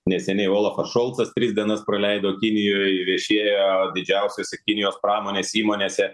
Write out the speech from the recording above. neseniai olafas šolcas tris dienas praleido kinijoj viešėjo didžiausiose kinijos pramonės įmonėse